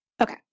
Okay